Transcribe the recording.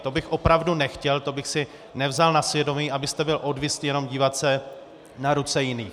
To bych opravdu nechtěl, to bych si nevzal na svědomí, abyste byl odvislý jenom dívat se na ruce jiných.